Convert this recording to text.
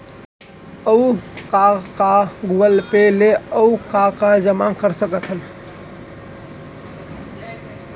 अऊ का का गूगल पे ले अऊ का का जामा कर सकथन?